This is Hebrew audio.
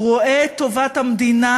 הוא רואה את טובת המדינה,